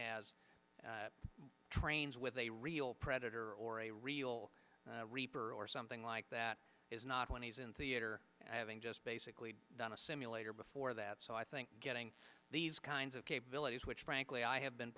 has trains with a real predator or a real reaper or something like that is not when he's in theater having just basically done a simulator before that so i think getting these kinds of capabilities which frankly i have been